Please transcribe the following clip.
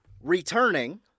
returning